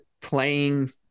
playing